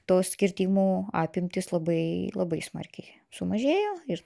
tos kirtimų apimtys labai labai smarkiai sumažėjo ir